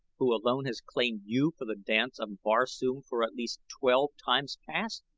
who alone has claimed you for the dance of barsoom for at least twelve times past?